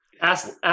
ask